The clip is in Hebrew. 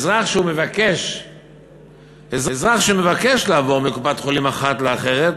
אזרח שמבקש לעבור מקופת-חולים אחת לאחרת